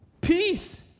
peace